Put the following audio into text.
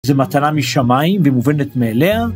זו מתנה משמיים ומובנת מאליה.